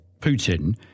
Putin